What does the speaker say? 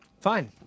Fine